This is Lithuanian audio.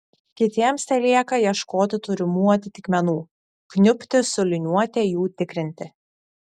kitiems telieka ieškoti turimų atitikmenų kniubti su liniuote jų tikrinti